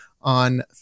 on